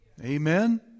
Amen